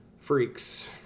freaks